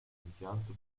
impianto